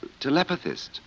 telepathist